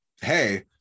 Hey